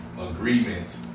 agreement